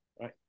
Right